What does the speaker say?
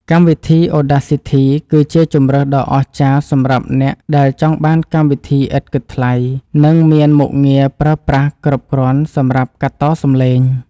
កម្មវិធីអូដាស៊ីធីគឺជាជម្រើសដ៏អស្ចារ្យសម្រាប់អ្នកដែលចង់បានកម្មវិធីឥតគិតថ្លៃ និងមានមុខងារប្រើប្រាស់គ្រប់គ្រាន់សម្រាប់កាត់តសំឡេង។